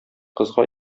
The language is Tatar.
кызга